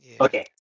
Okay